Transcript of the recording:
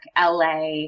LA